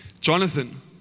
Jonathan